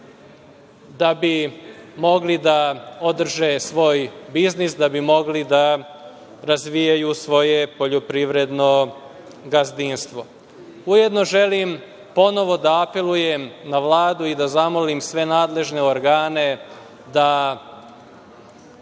da bi mogli da održe svoj biznis, da bi mogli da razvijaju svoje poljoprivredno gazdinstvo. Ujedno, želim ponovo da apelujem na Vladu i da zamolim sve nadležne organe da